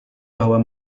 bahwa